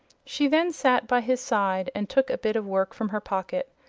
she then sat by his side, and took a bit of work from her pocket.